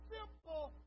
simple